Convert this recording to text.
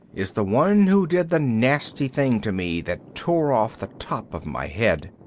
is the one who did the nasty thing to me that tore off the top of my head.